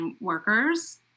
workers